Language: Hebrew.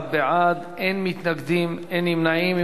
19 בעד, אין מתנגדים, אין נמנעים.